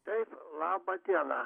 taip laba diena